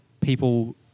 people